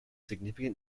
significant